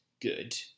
good